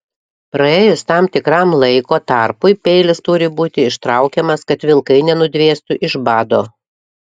praėjus tam tikram laiko tarpui peilis turi būti ištraukiamas kad vilkai nenudvėstų iš bado